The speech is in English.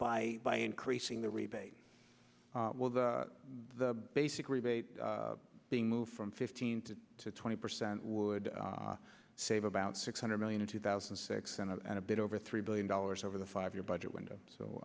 by by increasing the rebate the basic rebate being moved from fifteen to twenty percent would save about six hundred million in two thousand and six and a bit over three billion dollars over the five year budget window so